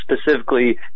specifically